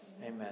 amen